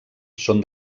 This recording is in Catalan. són